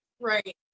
Right